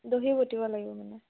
দহি বাটিব লাগিব মানে